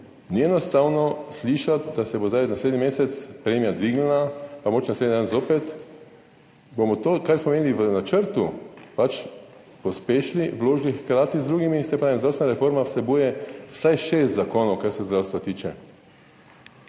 enostavno slišati, da se bo zdaj naslednji mesec premija dvignila pa mogoče naslednji dan zopet, bomo to, kar smo imeli v načrtu, pač pospešili, vložili hkrati z drugimi. Saj pravim, zdravstvena reforma vsebuje vsaj šest zakonov, kar se zdravstva tiče.